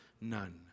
none